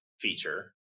feature